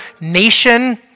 nation